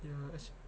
ya !hais!